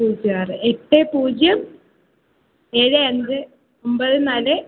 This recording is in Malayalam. പൂജ്യം ആറ് എട്ട് പൂജ്യം ഏഴ് അഞ്ച് ഒമ്പത് നാല്